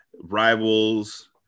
Rivals